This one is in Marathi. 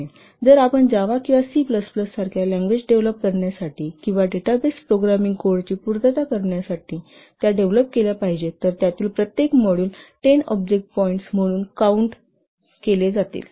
जर आपण जावा किंवा सी प्लस प्लस यासारख्या लँग्वेज डेव्हलप करण्यासाठी किंवा डेटाबेस प्रोग्रामिंग कोडची पूर्तता करण्यासाठी त्या डेव्हलप केल्या पाहिजेत तर त्यातील प्रत्येक मॉड्यूल 10 ऑब्जेक्ट पॉईंट्स म्हणून काउंट जातील